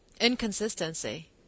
inconsistency